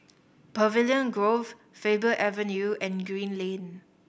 Pavilion Grove Faber Avenue and Green Lane